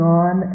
on